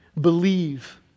Believe